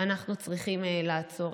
אנחנו צריכים לעצור.